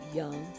young